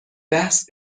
بحث